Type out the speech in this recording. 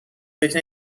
فکر